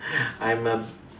I'm a